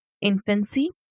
infancy